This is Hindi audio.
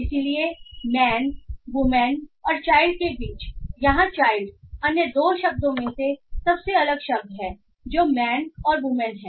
इसलिए मैन वूमेन और चाइल्ड के बीच यहां चाइल्ड अन्य 2 शब्दों में से सबसे अलग शब्द है जो मैन और वूमेन है